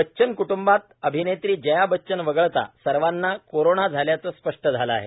बच्चन कुटुंबात अभिनेत्री जया बच्चन वगळता सर्वांना कोरोना झाल्याचं स्पष्ट झालं आहे